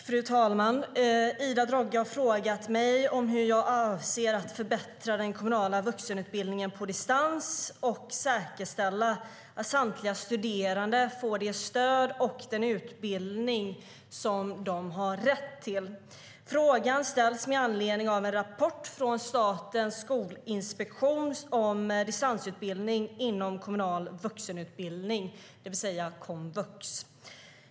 Fru talman! Ida Drougge har frågat mig hur jag avser att förbättra den kommunala vuxenutbildningen på distans och säkerställa att samtliga studerande får det stöd och den utbildning som de har rätt till. Frågan ställs med anledning av en rapport från Statens skolinspektion om distansutbildning inom kommunal vuxenutbildning, det vill säga komvux.